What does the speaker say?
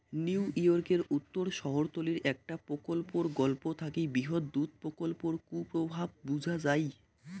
নিউইয়র্কের উত্তর শহরতলীর একটা প্রকল্পর গল্প থাকি বৃহৎ দুধ প্রকল্পর কুপ্রভাব বুঝা যাই